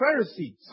Pharisee